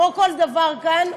כמו כל דבר כאן,